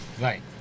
Right